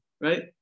right